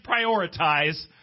prioritize